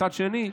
מצד שני,